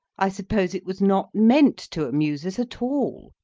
i suppose it was not meant to amuse us at all,